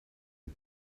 are